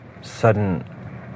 sudden